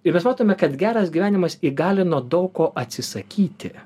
ir mes matome kad geras gyvenimas įgalino daug ko atsisakyti